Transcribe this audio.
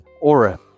Aura